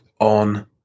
on